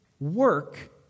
Work